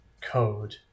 code